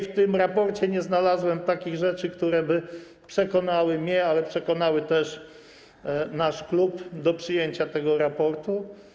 W tym raporcie nie znalazłem takich rzeczy, które przekonałyby mnie, przekonały też nasz klub do przyjęcia tego raportu.